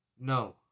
No